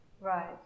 right